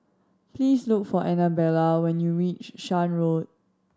please look for Annabella when you reach Shan Road